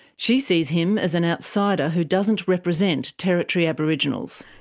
she sees him as an outsider who doesn't represent territory aboriginals.